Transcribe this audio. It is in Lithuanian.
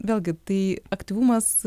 vėlgi tai aktyvumas